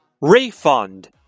Refund